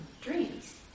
dreams